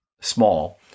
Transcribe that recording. small